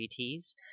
GTs